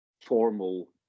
formal